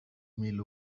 mil